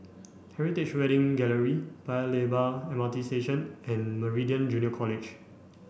Heritage Wedding Gallery Paya Lebar M R T Station and Meridian Junior College